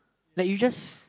like you just